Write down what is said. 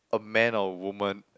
a man or woman